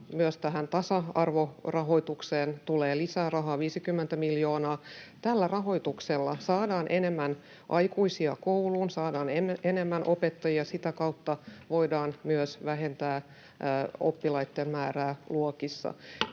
Myös tasa-arvorahoitukseen tulee lisää rahaa 50 miljoonaa. Tällä rahoituksella saadaan enemmän aikuisia kouluun, saadaan enemmän opettajia, ja sitä kautta voidaan myös vähentää oppilaitten määrää luokissa.